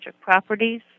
properties